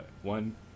One